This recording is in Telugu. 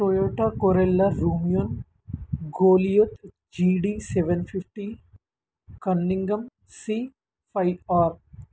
Toyota Corolla Rumion Goliath G D seven fifty Cunningham C five are